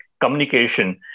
communication